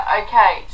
okay